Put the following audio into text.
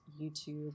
YouTube